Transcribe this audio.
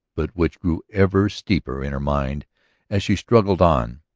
but which grew ever steeper in her mind as she struggled on.